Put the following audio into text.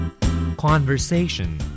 Conversation